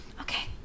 okay